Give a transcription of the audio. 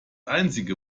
einzige